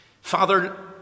Father